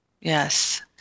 Yes